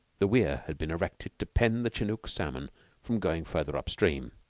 the weir had been erected to pen the chenook salmon from going further up-stream.